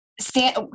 stand